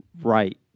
right